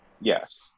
Yes